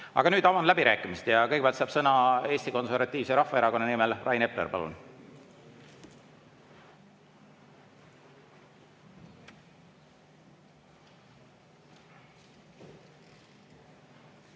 Aga nüüd avan läbirääkimised. Kõigepealt saab sõna Eesti Konservatiivse Rahvaerakonna nimel Rain Epler. Palun!